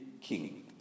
king